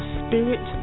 spirit